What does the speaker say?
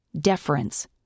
Deference